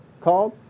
called